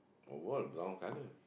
oh what brown color